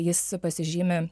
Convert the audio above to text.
jis pasižymi